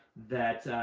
that